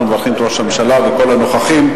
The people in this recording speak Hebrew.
אנחנו מברכים את ראש הממשלה וכל הנוכחים.